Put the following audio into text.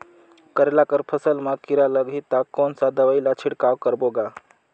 करेला कर फसल मा कीरा लगही ता कौन सा दवाई ला छिड़काव करबो गा?